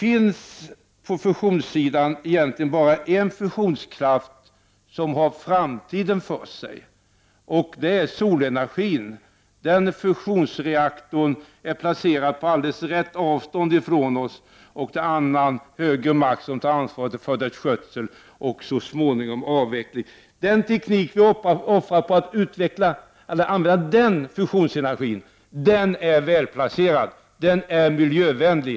Inom fusionsområdet finns det egentligen bara en fusionskraft som har framtiden för sig — solenergin. Den fusionsreaktorn är placerad på alldeles rätt avstånd från oss, och det är en annan, högre makt som tar ansvar för dess skötsel och så småningom också för dess avveckling. Den teknik vi offrar på att använda den fusionsenergin är den som är välplacerad. Den är miljövänlig.